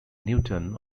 newton